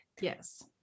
Yes